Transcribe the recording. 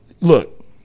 Look